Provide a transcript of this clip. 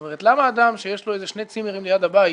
למה אדם שיש לו שני צימרים ליד הבית